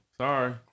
Sorry